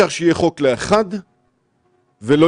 כאשר תלמיד שלנו מגלה את יופי הבריאה ואת